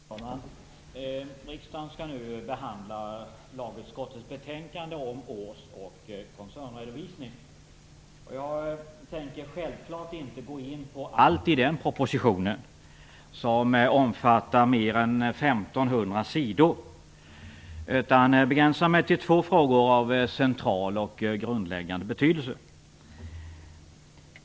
Herr talman! Riksdagen skall nu behandla lagutskottets betänkande om års och koncernredovisning. Jag tänker självfallet inte gå in på allt i propositionen, som omfattar mer än 1 500 sidor, utan jag begränsar mig till två frågor av central och grundläggande betydelse.